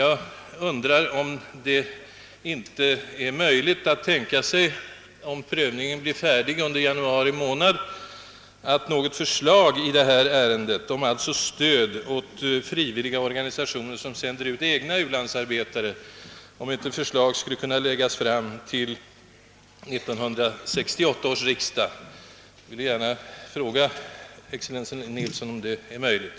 Jag undrar nu om man inte kan tänka sig — om prövningen av gjorda erfarenheter blir färdig redan under instundande januari månad — att något förslag i detta ärende om stöd åt frivilliga organisationer, som sänder ut egna ulandsarbetare, skulle kunna läggas fram till 1968 års riksdag. Jag vill alltså fråga excellensen Nilsson om detta inte vore möjligt.